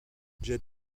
jet